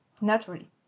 Naturally